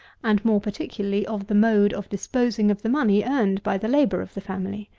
and more particularly of the mode of disposing of the money earned by the labour of the family.